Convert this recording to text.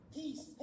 peace